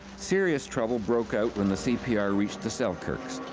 serious trouble broke out when the cpr reached the selkirks.